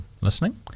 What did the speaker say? listening